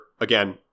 again